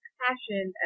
passion